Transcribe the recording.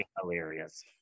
hilarious